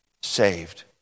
saved